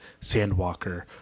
Sandwalker